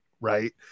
right